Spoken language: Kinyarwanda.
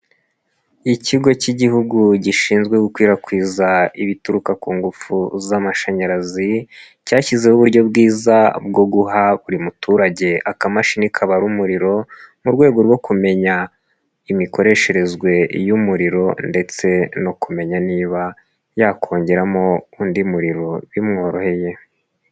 Ikigo cy'igihugu gishinzwe gukwirakwiza ibituruka ku ngufu z'amashanyarazi cyashyizeho uburyo bwiza bwo guha buri muturage akamashini kaba ari umuriro mu rwego rwo kumenya imikoreshereze y'umuriro ndetse no kumenya niba yakongeramo undi muriro bimworoheye.